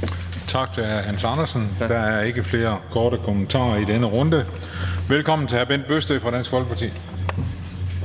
Kl. 15:03 Den fg. formand (Christian Juhl): Tak til hr. Hans Andersen. Der er ikke flere korte bemærkninger i denne runde. Velkommen til hr. Bent Bøgsted fra Dansk Folkeparti.